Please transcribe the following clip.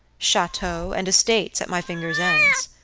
chateau, and estates at my fingers' ends.